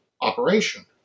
operation